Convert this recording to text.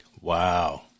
Wow